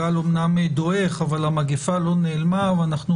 הגל אמנם דועך אבל המגפה לא נעלמה ואנחנו